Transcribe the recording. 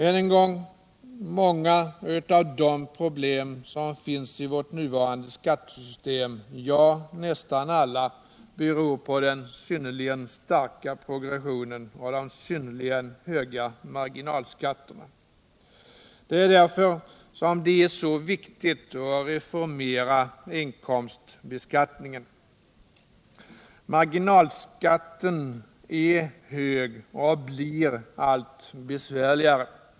Än en gång: Många av de problem som finns i vårt nuvarande skattesystem, ja, nästan alla, beror på den synnerligen starka progressionen och de synnerligen höga marginalskatterna. Det är därför som det är så viktigt att reformera inkomstbeskattningen. Marginalskatten är hög och blir allt besvärligare.